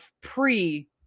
pre